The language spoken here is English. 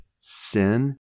sin